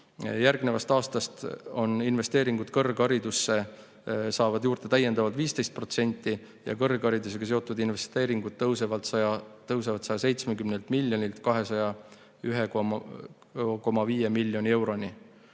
Järgnevast aastast saavad investeeringud kõrgharidusse juurde täiendavalt 15% ja kõrgharidusega seotud investeeringud tõusevad 170 miljonilt 201,5 miljoni